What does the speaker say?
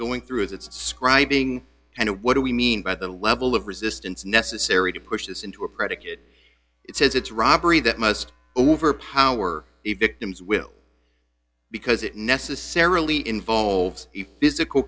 going through its scribing and what do we mean by the level of resistance necessary to push this into a predicate it says it's robbery that must overpower the victim's will because it necessarily involves physical